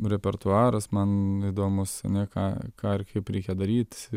repertuaras man įdomūs ane ką ką ir kaip reikia daryt